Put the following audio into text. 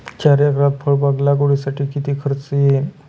चार एकरात फळबाग लागवडीसाठी किती खर्च येईल?